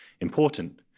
important